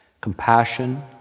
compassion